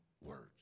words